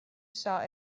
saw